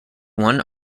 one